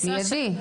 מיידי.